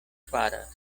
faras